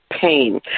pain